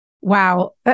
Wow